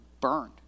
burned